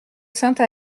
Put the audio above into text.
sainte